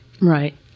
Right